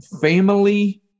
family